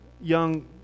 young